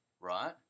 right